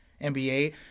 NBA